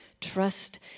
trust